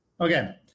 Okay